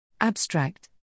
Abstract